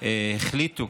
החליטו